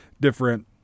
different